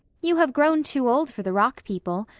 you have grown too old for the rock people.